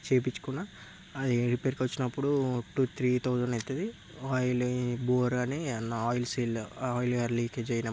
చేపించుకున్న అది రిపేర్కి వచ్చినప్పుడు టూ త్రీ థౌసండ్ అయితది ఆయిల్ బోరని ఆయిల్ సేల్ ఆయిల్ లీకేజ్ అయినప్పుడు